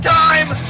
time